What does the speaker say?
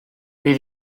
bydd